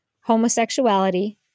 homosexuality